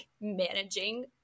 managing